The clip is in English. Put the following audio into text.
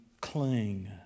cling